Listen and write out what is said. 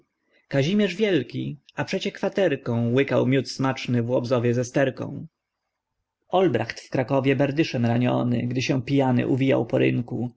kazimierz wielki a przecie kwaterką łykał miód smaczny w łobzowie z esterką olbracht w krakowie berdyszem raniony gdy się pijany uwijał po rynku